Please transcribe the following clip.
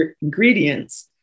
ingredients